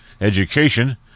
education